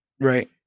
right